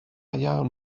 iawn